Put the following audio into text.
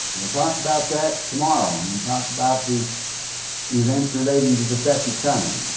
we'll talk about that tomorrow when we talk about the events relating to the second coming.